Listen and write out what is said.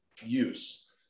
use